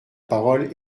parole